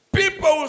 people